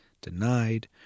denied